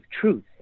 truth